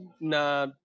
Na